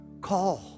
Call